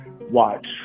watch